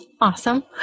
Awesome